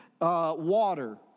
water